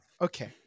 Okay